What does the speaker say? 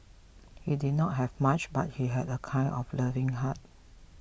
he did not have much but he had a kind and loving heart